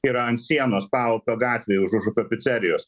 yra ant sienos paupio gatvėj už užupio picerijos